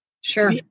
Sure